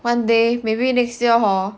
one day maybe next year hor